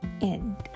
end